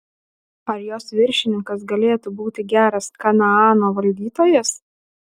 ar jos viršininkas galėtų būti geras kanaano valdytojas